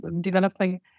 developing